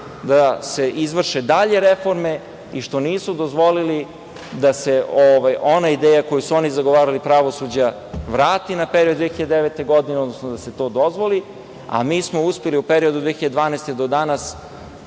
da se izvrše dalje reforme i što nisu dozvolili da se ona ideja, koju su oni zagovarali, pravosuđa vrati na period 2009. godine, odnosno da se to dozvoli, a mi smo uspeli u periodu od 2012. godine